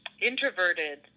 introverted